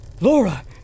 Laura